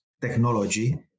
technology